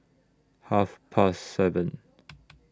Half Past seven